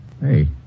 Hey